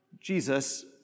Jesus